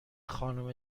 خانم